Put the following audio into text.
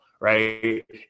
right